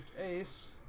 Ace